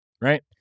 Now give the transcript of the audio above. right